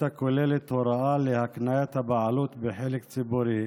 הכוללת הוראה להקניית הבעלות בחלק ציבורי),